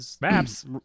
Maps